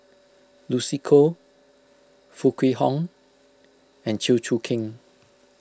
Lucy Koh Foo Kwee Horng and Chew Choo Keng